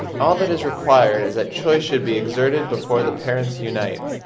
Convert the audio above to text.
all that is required is that choice should be exerted before the parents unite,